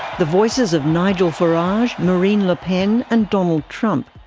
the voices of nigel farage, marine le pen and donald trump.